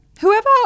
Whoever